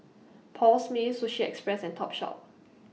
Paul Smith Sushi Express and Topshop